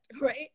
right